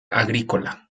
agrícola